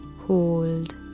hold